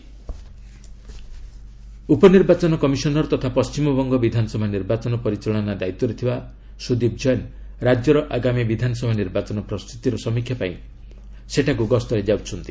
EC WB ଉପନିର୍ବାଚନ commissioner ତଥା ପଶ୍ଚିମବଙ୍ଗ ବିଧାନସଭା ନିର୍ବାଚନ ପରିଚାଳନା ଦାୟିତ୍ୱରେ ଥିବା ସୁଦୀପ ଜେନ୍ ରାଜ୍ୟର ଆଗାମୀ ବିଧାନସଭା ନିର୍ବାଚନ ପ୍ରସ୍ତୁତିର ସମୀକ୍ଷା ପାଇଁ ସେଠାକୁ ଗସ୍ତରେ ଯାଉଛନ୍ତି